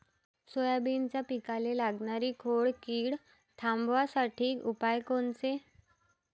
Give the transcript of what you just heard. सोयाबीनच्या पिकाले लागनारी खोड किड थांबवासाठी उपाय कोनचे?